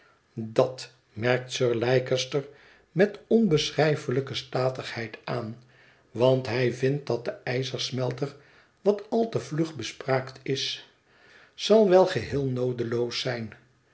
dat merkt sir leicester met onbeschrijfelijke statigheid aan want hij vindt dat de ijzersmelter wat al te vlug bespraakt is zal wel geheel noodeloos zijn